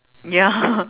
ya